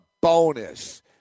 bonus